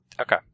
Okay